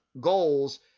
goals